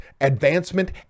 advancement